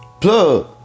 Plug